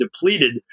depleted